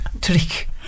Trick